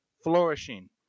flourishing